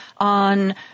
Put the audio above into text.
on